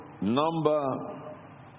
number